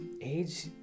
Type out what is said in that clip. Age